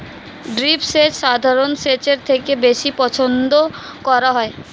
drip সেচ সাধারণ সেচের থেকে বেশি পছন্দ করা হয়